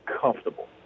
comfortable